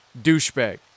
douchebag